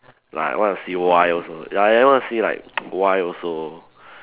like I want to see why also ya I want to see like why also